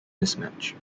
mismatch